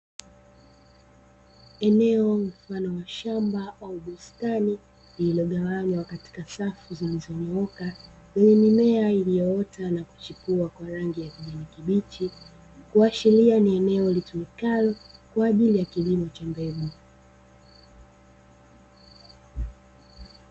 Eneo mfano wa shamba au bustani, iliyogawanywa katika safu zilizonyooka yenye mimea iliyoota na kuchipua kwa rangi ya kijani kibichi. Kuashiria ni eneo litumikalo kwa ajili ya kilimo cha mbegu.